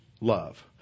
love